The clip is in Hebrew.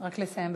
רק לסיים,